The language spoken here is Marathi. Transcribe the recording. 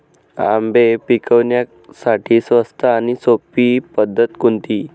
आंबे पिकवण्यासाठी स्वस्त आणि सोपी पद्धत कोणती?